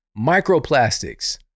microplastics